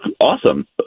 Awesome